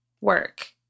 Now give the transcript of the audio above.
work